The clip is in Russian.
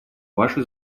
ваши